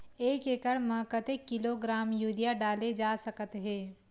एक एकड़ म कतेक किलोग्राम यूरिया डाले जा सकत हे?